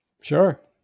Sure